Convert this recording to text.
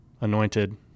anointed